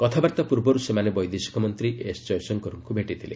କଥାବାର୍ତ୍ତା ପୂର୍ବରୁ ସେମାନେ ବୈଦେଶିକମନ୍ତ୍ରୀ ଏସ୍ଜୟଶଙ୍କରଙ୍କୁ ଭେଟିଥିଲେ